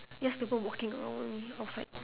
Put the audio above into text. just people walking around only outside